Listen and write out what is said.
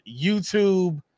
YouTube